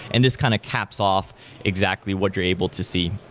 and this kind of caps off exactly what are able to see.